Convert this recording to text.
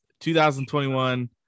2021